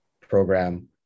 program